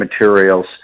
materials